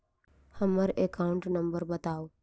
हम्मर account number बताऊ?